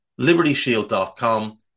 libertyshield.com